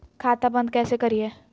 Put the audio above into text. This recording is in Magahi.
खाता बंद कैसे करिए?